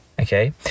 Okay